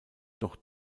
doch